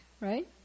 right